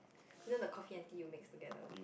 you know the coffee and tea you mix together